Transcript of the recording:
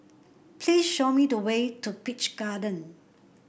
please show me the way to Peach Garden